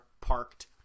parked